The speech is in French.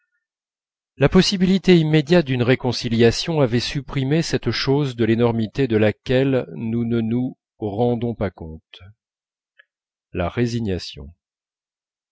la possibilité immédiate d'une réconciliation avait supprimé cette chose de l'énormité de laquelle nous ne nous rendons pas compte la résignation